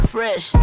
Fresh